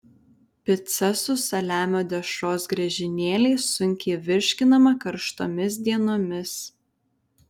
pica su saliamio dešros griežinėliais sunkiai virškinama karštomis dienomis